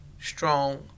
strong